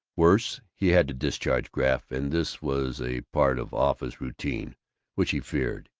worse, he had to discharge graff and this was a part of office routine which he feared.